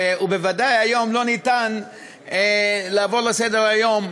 ובוודאי היום אי-אפשר לעבור לסדר-היום,